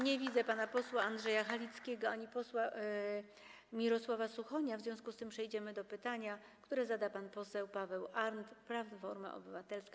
Nie widzę pana posła Andrzeja Halickiego ani posła Mirosława Suchonia, w związku z tym przejdziemy do pytania, które zada pan poseł Paweł Arndt, Platforma Obywatelska.